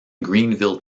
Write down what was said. greenville